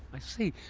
i see.